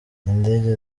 indege